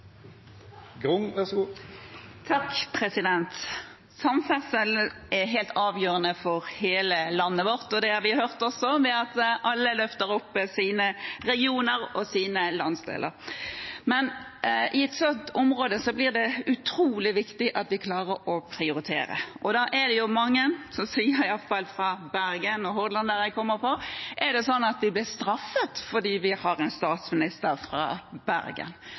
helt avgjørende for hele landet vårt. Det har vi også hørt ved at alle løfter fram sine regioner og sine landsdeler. I sånne områder blir det utrolig viktig at vi klarer å prioritere, og det er mange, i hvert fall fra Bergen og Hordaland der jeg kommer fra, som sier: – Er det sånn at vi blir straffet fordi vi har en statsminister fra Bergen?